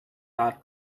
not